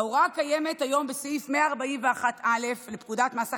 ההוראה קיימת היום בסעיף 141א לפקודת מס הכנסה,